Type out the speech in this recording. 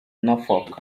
norfolk